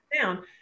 down